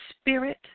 spirit